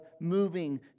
moving